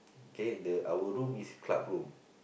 okay the our room is club room